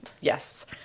Yes